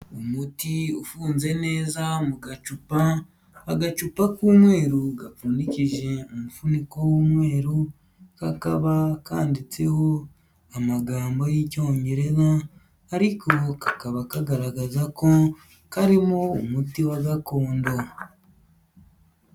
Umuti ufunze neza mu gacupa, agacupa k'umweru gapfundikije umufuniko w'umweru, kakaba kanditseho amagambo y'icyongereza, ariko kakaba kagaragaza ko karimo umuti wa gakondo.